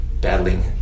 battling